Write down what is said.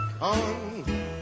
On